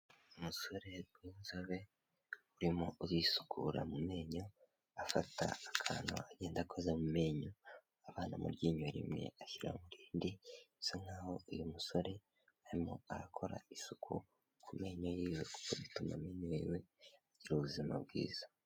Umusore w'inzobe urimo urisukura mu menyo, afata akantu agenda akoza amenyo abana muryinyo rimwe ashyira mu rindi bisa nk'uyu musore.